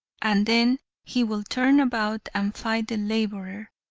and then he will turn about and fight the laborer.